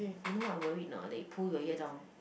you know what I worried not that you pull your ear down